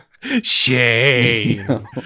Shame